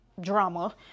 drama